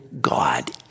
God